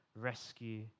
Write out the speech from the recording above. rescue